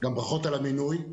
גם ברכות על המינוי,